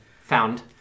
found